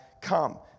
come